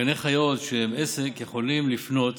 גני חיות שהם עסק יכולים לפנות